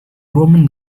roman